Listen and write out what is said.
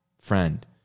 friend